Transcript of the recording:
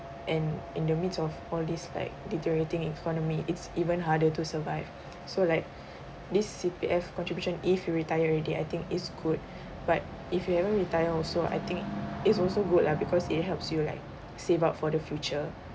and in the midst of all these like deteriorating economy it's even harder to survive so like this C_P_F contribution if you retired already I think it's good but if you haven't retire also I think it's also good lah because it helps you like save up for the future